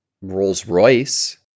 Rolls-Royce